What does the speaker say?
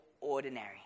ordinary